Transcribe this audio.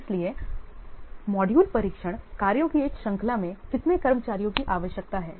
इसलिए मॉड्यूल परीक्षण कार्यों की एक श्रृंखला में कितने कर्मचारियों की आवश्यकता है